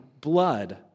blood